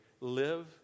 live